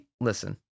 listen